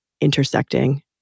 intersecting